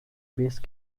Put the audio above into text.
base